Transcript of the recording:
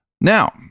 now